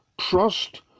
trust